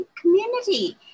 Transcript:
Community